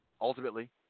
ultimately